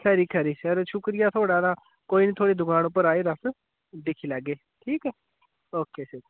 खरी खरी सर शुक्रिया थुआड़ा तां कोई नि थुआड़ी दुकान उप्पर आए तां अस दिक्खी लैगे ठीक ऐ ओके